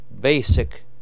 basic